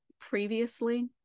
previously